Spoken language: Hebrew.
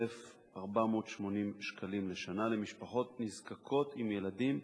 12,480 שקלים לשנה למשפחות נזקקות עם ילדים,